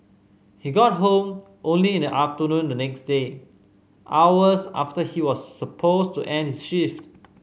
he got home only in the afternoon the next day hours after he was supposed to end his shift